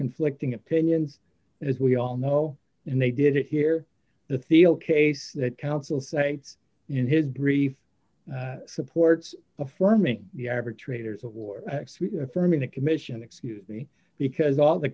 conflicting opinions as we all know and they did it here the feel case that counsel say in his brief supports affirming the average traitors of war affirming the commission excuse me because all the